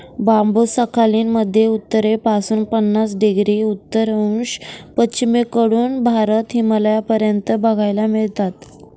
बांबु Sakhalin मध्ये उत्तरेपासून पन्नास डिग्री उत्तर अक्षांश, पश्चिमेकडून भारत, हिमालयापर्यंत बघायला मिळतात